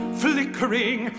flickering